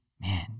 man